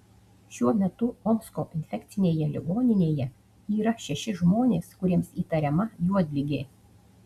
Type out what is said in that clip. šiuo metu omsko infekcinėje ligoninėje yra šeši žmonės kuriems įtariama juodligė